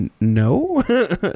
no